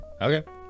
okay